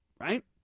Right